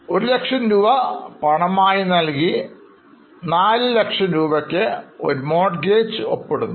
100000 രൂപ പണമായി നൽകി 400000 ന് ഒരു Mortgage ഒപ്പിടുന്നു